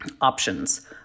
options